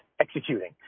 executing